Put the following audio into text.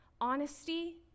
honesty